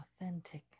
authentic